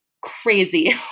crazy